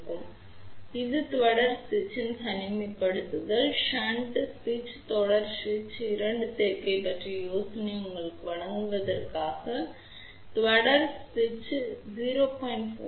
எனவே செருகும் இழப்பு மற்றும் தொடர் சுவிட்சின் தனிமைப்படுத்தல் ஷன்ட் சுவிட்ச் மற்றும் தொடர் ஷன்ட் சுவிட்சின் சேர்க்கை பற்றிய ஒரு யோசனையை உங்களுக்கு வழங்குவதற்காக தொடர் சுவிட்ச் செருகும் இழப்பு 0